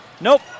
Nope